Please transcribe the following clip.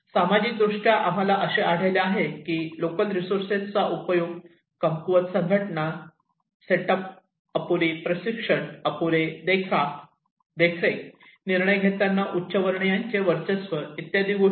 सामाजिक दृष्ट्या आम्हाला असे आढळले आहे की लोकल रिसोर्सेसचा उपयोग कमकुवत संघटनात्मक सेटअप अपुरी प्रशिक्षण अपुरी देखरेख निर्णय घेताना उच्चवर्णीयांचे वर्चस्व इत्यादी गोष्टी आहेत